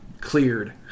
cleared